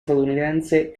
statunitense